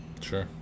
Sure